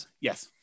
Yes